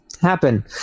happen